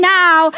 now